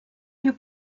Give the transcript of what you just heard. più